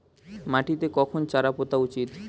মাটিতে কখন চারা পোতা উচিৎ?